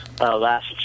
Last